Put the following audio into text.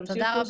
תודה רבה.